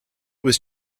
was